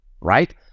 right